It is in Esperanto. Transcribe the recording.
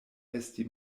esti